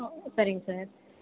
ஓ சரிங்க சார்